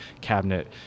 cabinet